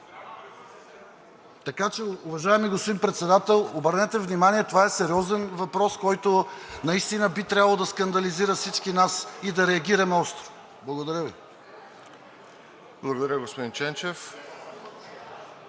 Така че, уважаеми господин Председател, обърнете внимание, това е сериозен въпрос, който наистина би трябвало да скандализира всички нас и да реагираме остро. Благодаря Ви. ПРЕДСЕДАТЕЛ РОСЕН